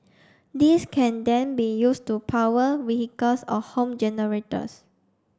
this can then be used to power vehicles or home generators